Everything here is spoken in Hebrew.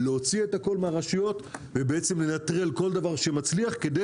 להוציא את הכול מהרשויות ולנטרל כל דבר שמצליח כדי